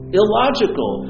illogical